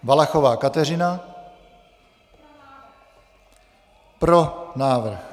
Valachová Kateřina: Pro návrh.